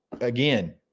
again